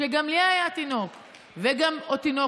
שגם לי היה תינוק או תינוקת,